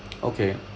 okay